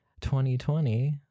2020